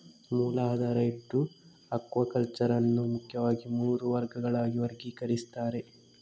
ಮೂಲ ಆಧಾರ ಇಟ್ಟು ಅಕ್ವಾಕಲ್ಚರ್ ಅನ್ನು ಮುಖ್ಯವಾಗಿ ಮೂರು ವರ್ಗಗಳಾಗಿ ವರ್ಗೀಕರಿಸ್ತಾರೆ